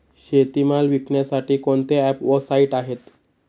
शेतीमाल विकण्यासाठी कोणते ॲप व साईट आहेत?